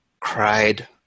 cried